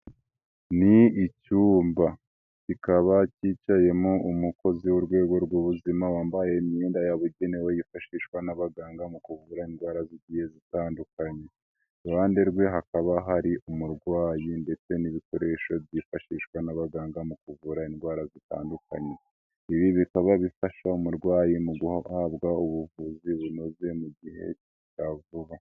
Ni icyumba kikaba cyicayemo umukozi w'urwego rw'ubuzima wambaye imyenda yabugenewe yifashishwa n'abaganga mu kuvura indwara zgiye zitandukanye, iruhande rwe hakaba hari umurwayi ndetse n'ibikoresho byifashishwa n'abaganga mu kuvura indwara zitandukanye, ibi bikaba bifasha umurwayi mu guhabwa ubuvuzi bunoze mu gihe cya vuba.